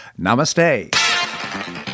Namaste